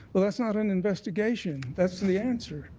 well, that's not an investigation. that's the answer.